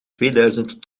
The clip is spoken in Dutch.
tweeduizend